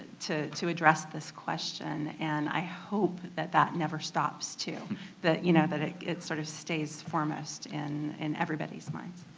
to address this question, and i hope that that never stops too that, you know, that it it sort of stays foremost in in everybody's minds.